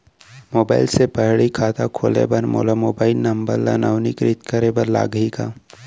Mobile से पड़ही खाता खोले बर मोला मोबाइल नंबर ल नवीनीकृत करे बर लागही का?